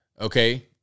okay